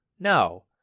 No